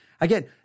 again